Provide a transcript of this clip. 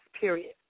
period